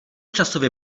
časově